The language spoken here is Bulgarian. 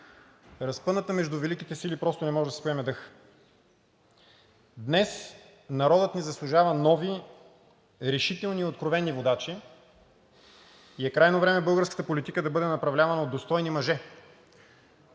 разпъната между великите сили, просто не може да си поеме дъх. Днес народът ни заслужава нови, решителни и откровени водачи и е крайно време българската политика да бъде направлявана от достойни мъже,